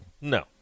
No